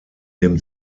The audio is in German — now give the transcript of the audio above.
dem